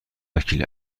وکیل